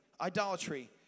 idolatry